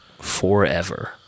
Forever